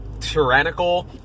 tyrannical